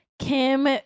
Kim